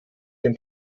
dem